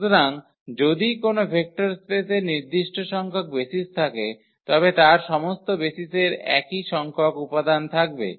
সুতরাং যদি কোনও ভেক্টর স্পেসের নির্দিষ্ট সংখ্যক বেসিস থাকে তবে তার সমস্ত বেসিসের একই সংখ্যক উপাদান থাকবে